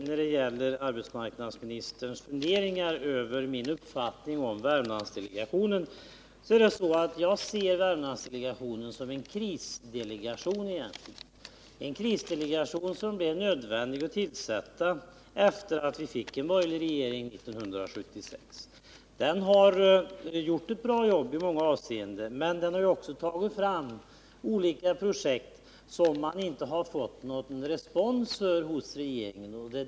När det gäller arbetsmarknadsministerns funderingar över min uppfattning om Värmlandsdelegationen vill jag framhålla att jag egentligen ser Värmlandsdelegationen som en krisdelegation, som det var nödvändigt att tillsätta sedan vi hade fått en borgerlig regering 1976. Delegationen har gjort ett bra jobb i många avseenden, men den har också tagit fram olika projekt som man inte har fått någon respons för hos regeringen.